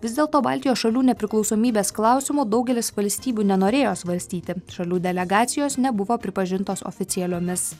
vis dėlto baltijos šalių nepriklausomybės klausimo daugelis valstybių nenorėjo svarstyti šalių delegacijos nebuvo pripažintos oficialiomis